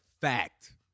fact